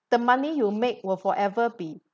the money you make will forever be